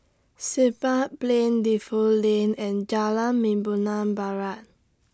Siglap Plain Defu Lane and Jalan Membina Barat